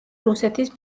რუსეთის